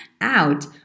out